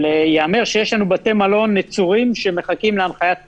גם ייאמר שיש לנו בתי מלון נצורים שמחכים להנחיית פתיחה.